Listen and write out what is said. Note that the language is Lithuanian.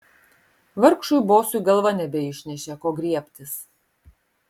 vargšui bosui galva nebeišnešė ko griebtis